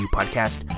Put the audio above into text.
Podcast